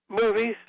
movies